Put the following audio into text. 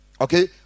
okay